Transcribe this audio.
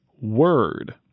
word